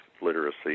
literacy